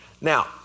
Now